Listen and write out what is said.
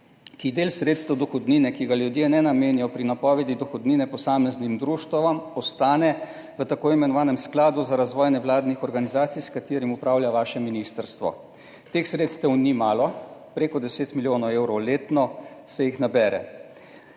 ki del sredstev dohodnine, ki ga ljudje ne namenjajo pri napovedi dohodnine posameznim društvom, ostane v tako imenovanem Skladu za razvoj nevladnih organizacij, s katerim upravlja vaše ministrstvo. Teh sredstev ni malo, prek 10 milijonov evrov letno se jih nabere.